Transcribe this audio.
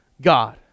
God